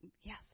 yes